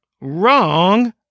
wrong